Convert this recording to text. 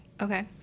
Okay